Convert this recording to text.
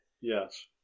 Yes